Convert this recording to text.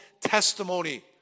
testimony